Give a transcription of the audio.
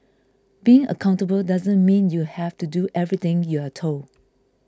being accountable doesn't mean you have to do everything you're told